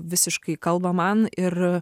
visiškai kalba man ir